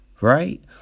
right